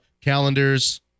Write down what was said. Calendars